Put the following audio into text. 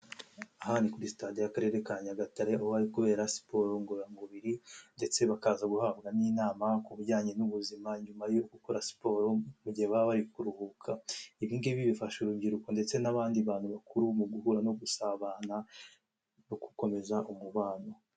Aha ni kuri Sitade y'Akarere ka Nyagatare bari kubera siporo ngororamubiri ndetse bakaza guhabwa n'inama ku bijyanye n'ubuzima nyuma yo gukora siporo mu gihe baba bari kuruhuka, ibi ngibi bifasha urubyiruko ndetse n'abandi bantu bakuru mu guhura no gusabana no gukomeza umubano.